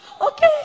Okay